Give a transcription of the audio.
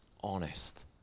honest